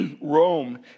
Rome